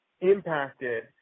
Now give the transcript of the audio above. impacted